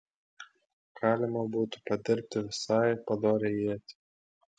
galima būtų padirbti visai padorią ietį